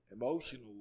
emotional